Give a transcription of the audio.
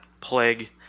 plague